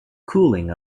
cooling